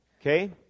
Okay